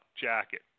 jacket